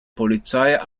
polizei